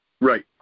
Right